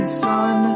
sun